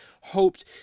hoped